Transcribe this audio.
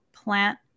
plant